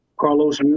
Carlos